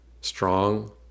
strong